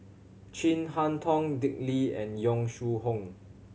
Chin Harn Tong Dick Lee and Yong Shu Hoong